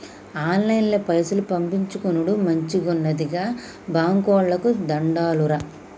ఆన్లైన్ల పైసలు పంపిచ్చుకునుడు మంచిగున్నది, గా బాంకోళ్లకు దండాలురా